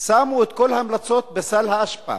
שמו את כל ההמלצות בסל האשפה